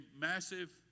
massive